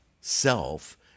self